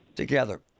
Together